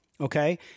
Okay